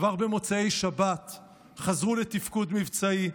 כבר במוצאי שבת חזרו לתפקוד מבצעי,